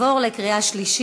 למגר את תופעת ההטרדות המיניות,